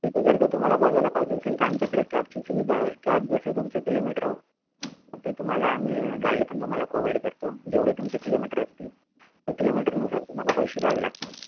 तिथं जर का तुम्हाला बघायला पाहिजे असेल तर आमच्याकडे कॅबची सुविधा आहे कॅब जसं तुमचं किलोमीटर हो होते तुम्हाला आम्ही गाईड पण तुम्हाला प्रोव्हाइड करतो जेवढे तुमचे किलोमीटर असतील त्या किलोमीटरनुसार तुम्हाला पैसे द्यावे लागतील